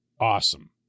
awesome